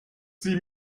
sie